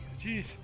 Jeez